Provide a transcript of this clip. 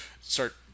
start